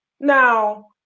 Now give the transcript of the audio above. Now